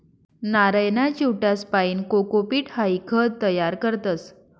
नारयना चिवट्यासपाईन कोकोपीट हाई खत तयार करतस